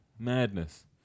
Madness